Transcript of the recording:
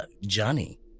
Johnny